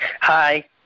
Hi